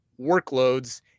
workloads